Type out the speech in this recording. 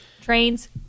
Trains